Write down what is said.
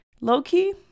low-key